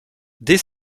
dès